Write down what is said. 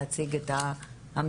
להציג את ההמלצות.